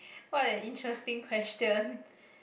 what an interesting question